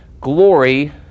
glory